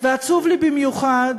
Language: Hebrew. עצוב לי במיוחד